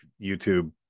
YouTube